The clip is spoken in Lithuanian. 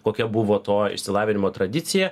kokia buvo to išsilavinimo tradicija